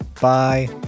bye